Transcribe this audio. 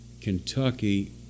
Kentucky